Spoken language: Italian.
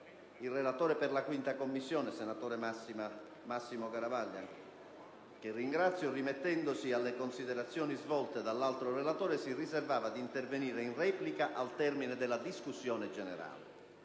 il relatore per la 5a Commissione, senatore Massimo Garavaglia, che ringrazio, rimettendosi alle considerazioni svolte dall'altro relatore, si riservava di intervenire in replica al termine della discussione generale.